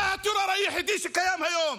זה הטרור היחידי שקיים היום.